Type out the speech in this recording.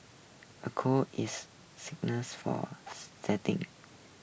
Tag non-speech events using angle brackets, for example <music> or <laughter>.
a court is <unintelligible> for setting